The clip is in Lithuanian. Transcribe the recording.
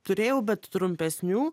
turėjau bet trumpesnių